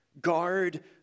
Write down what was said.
Guard